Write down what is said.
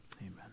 amen